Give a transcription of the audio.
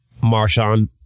Marshawn